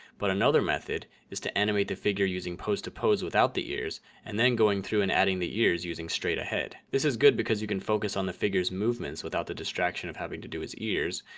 but another method is to animate the figure using post to pose without the ears and then going through and adding the years using straight ahead this is good because you can focus on the figures movements without the distraction of having to do his ears.